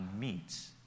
meets